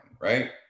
right